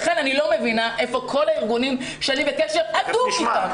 לכן אני לא מבינה היכן כל הארגונים שאני בקשר הדוק אתם,